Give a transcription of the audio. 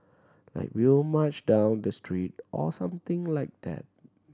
like we will march down the street or something like that